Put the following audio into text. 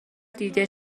دیده